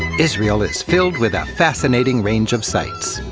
israel is filled with a fascinating range of sights.